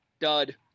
dud